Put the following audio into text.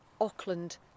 Auckland